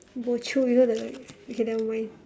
bo jio you know the word okay never mind